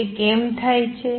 અને તે કેમ થાય છે